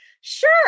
sure